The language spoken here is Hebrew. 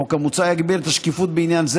החוק המוצע יגביר את השקיפות בעניין זה.